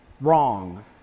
wrong